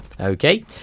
Okay